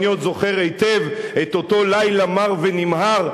אני עוד זוכר היטב את אותו לילה מר ונמהר,